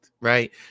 right